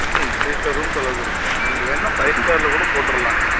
ம் three star room செலவுக்கு இருக்கும் நீங்கள் வேணும்னா ஃபைவ் ஸ்டாரில் கூட போட்டுருலாம்